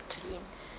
clean